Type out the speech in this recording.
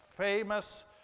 Famous